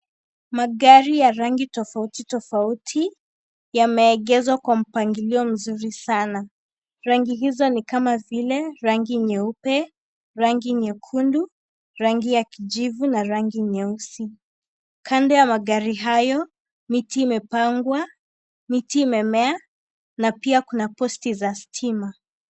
Magari ya rangi tofautitofauti yameegeshwa kwa mpangilio mzuri sana, rangi hizo ni kama vile rangi nyeupe, rangi nyekundu, rangi ya kijivu na rangi nyeusi. Kando ya magari hayo miti imepangwa miti imemea na pia kuna posti za stima.